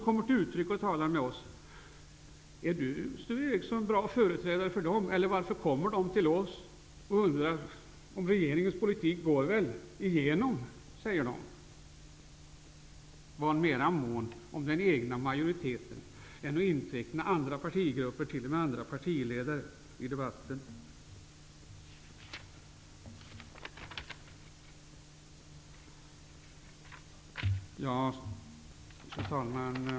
Varför kommer de annars till oss och frågar om regeringens politik skall följas? Vad menas med den egna majoriteten? Är det andra partigrupper och andra partiledare i debatten? Fru talman!